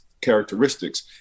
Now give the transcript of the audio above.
characteristics